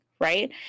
right